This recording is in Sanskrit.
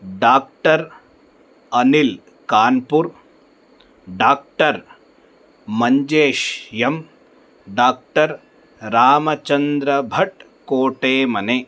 doctor अनिल्कान्पूर् doctor मञ्जेशः M doctor रामचन्द्रभट्कोटेमने